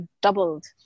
doubled